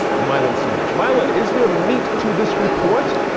milan simonech. milan, is there meat to this report,